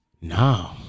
No